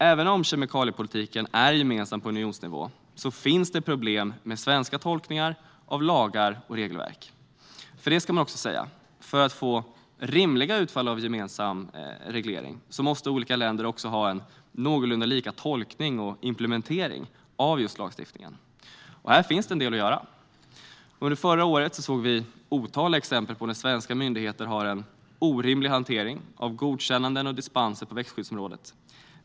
Även om kemikaliepolitiken är gemensam på unionsnivå finns det problem med svenska tolkningar av lagar och regelverk. Detta ska nämligen också sägas: För att få rimliga utfall av gemensam reglering måste olika länder också ha en någorlunda lika tolkning och implementering av lagstiftningen. Här finns en hel del att göra. Under förra året såg vi otaliga exempel på när svenska myndigheter har en orimlig hantering av godkännanden och dispenser på växtskyddsområdet.